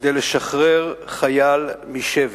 כדי לשחרר חייל משבי.